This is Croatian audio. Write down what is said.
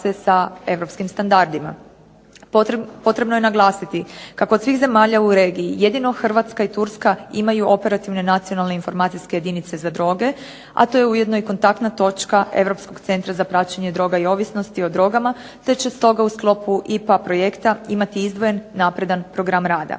sa europskim standardima. Potrebno je naglasiti kako od svih zemalja u regiji jedino Hrvatska i Turska imaju operativne nacionalne informacijske jedinice za droge, a to je ujedno i kontaktna točka Europskog centra za praćenje droga i ovisnosti o drogama te će stoga u sklopu IPA projekta imati izdvojen napredan program rada.